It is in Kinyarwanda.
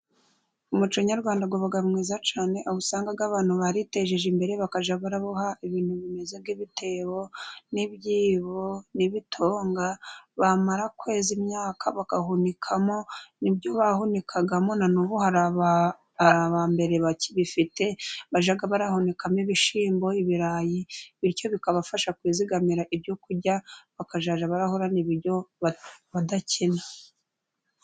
Umuco nyarwanda uba mwiza cyane, aho usanga abantu bariteje imbere, bakajya baboha ibintu bimeze nk'ibitebo n'ibyibo n'ibitonga, bamara kweza imyaka bagahunikamo. Ni byo bahunikagamo na n'ubu hari abambere bakibifite bajya bahunikamo ibishyimbo, ibirayi, bityo bikabafasha kwizigamira ibyo kurya, bakazajya bahorana ibiryo badakena.